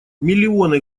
миллионы